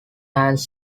hands